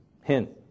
Hint